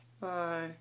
Bye